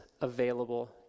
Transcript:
available